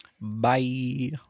bye